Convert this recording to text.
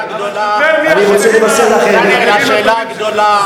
השאלה הגדולה,